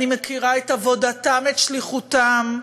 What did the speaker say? אני מכירה את עבודתם, את שליחותם,